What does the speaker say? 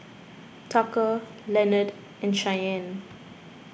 Tucker Leonard and Shyanne